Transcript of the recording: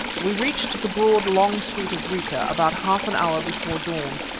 we reached the broad, long street of rica about half an hour before dawn,